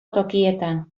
tokietan